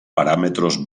parámetros